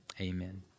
Amen